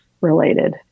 related